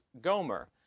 Gomer